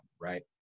right